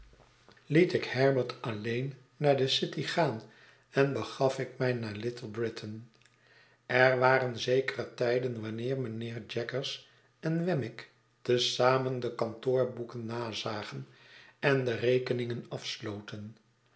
liet ik herbert alleen naar de city gaan en begaf ik mij naar little britain er waren zekere tijden wanneer mijnheer jaggers en wemmick te zamen de kantoorboeken nazagen en de rekeningen afsloten